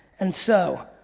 and so,